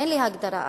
אין לי הגדרה אחרת,